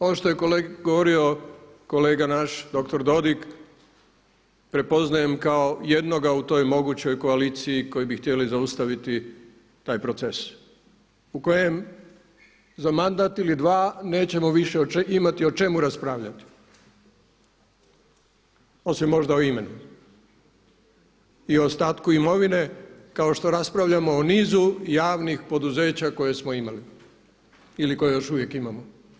Ovo što je govorio kolega naš dr. Dodig, prepoznajem kao jednoga u toj mogućoj koaliciji koji bi htjeli zaustaviti taj proces u kojem za mandat ili dva nećemo više imati o čemu raspravljati, osim možda o imenu i ostatku imovine kao što raspravljamo o nizu javnih poduzeća koje smo imali ili koje još uvijek imamo.